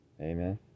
Amen